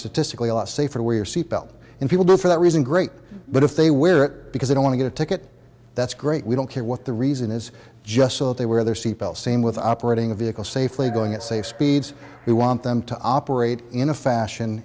statistically a lot safer where your seatbelt in people don't for that reason great but if they were because they want to get a ticket that's great we don't care what the reason is just so that they wear their seatbelts same with operating a vehicle safely going at safe speeds we want them to operate in a fashion